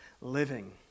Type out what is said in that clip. living